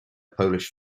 polish